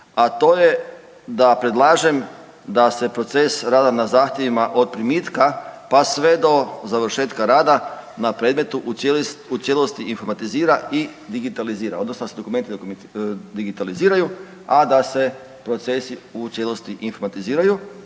a to je da predlažem da se proces rada na zahtjevima od primitka pa sve do završetka rada na predmetu u cijelosti informatizira i digitalizira, odnosno da se dokumenti digitaliziraju, a da se procesi u cijelosti informatiziraju